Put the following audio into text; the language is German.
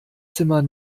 zimmer